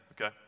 okay